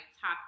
top